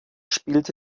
spielte